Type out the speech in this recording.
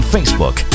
Facebook